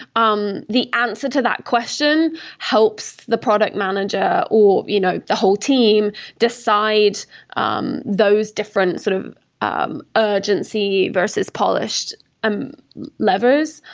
um the answer to that question helps the product manager or you know the whole team decide um those different sort of um urgency versus polished levers.